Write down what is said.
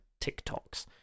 TikToks